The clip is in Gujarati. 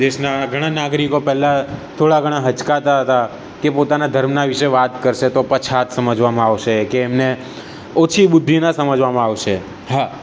દેશના ઘણા નાગરિકો પહેલાં થોડા ઘણા ખચકાતા હતા કે પોતાના ધર્મનાં વિશે વાત કરશે તો પછાત સમજવામાં આવશે કે એમને ઓછી બુદ્ધિનાં સમજવામાં આવશે હા